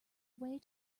away